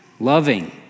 loving